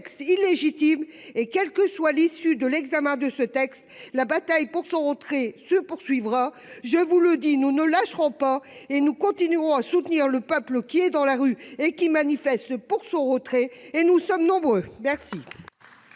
illégitime. Et quelle que soit l'issue de son examen, la bataille pour son retrait se poursuivra. Je vous le dis, nous ne lâcherons pas, nous continuerons à soutenir le peuple qui est dans la rue et qui manifeste pour ce retrait, et nous sommes nombreux !